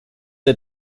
der